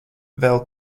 vēl